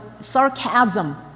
sarcasm